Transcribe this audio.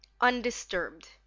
undisturbed